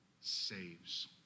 saves